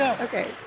Okay